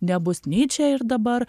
nebus nei čia ir dabar